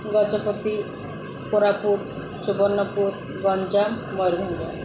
Gajapati Koraput Subarnapur Ganjam Mayurbhanj